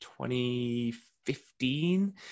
2015